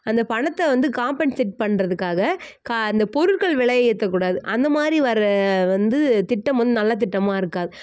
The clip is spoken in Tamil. அந்த பணத்தை வந்து காம்பன்செட் பண்ணுறதுக்காக கா இந்த பொருட்கள் விலையை ஏற்ற கூடாது அந்த மாதிரி வர்ற வந்து திட்டம் வந்து நல்ல திட்டமாக இருக்காது